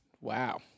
Wow